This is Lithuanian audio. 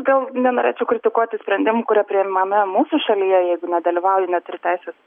gal nenorėčiau kritikuoti sprendimų kurie priimami mūsų šalyje jeigu nedalyvauji neturi teisės